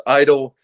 idle